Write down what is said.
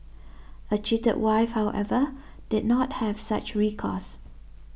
a cheated wife however did not have such recourse